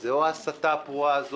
- זה או ההסתה הפרועה הזו,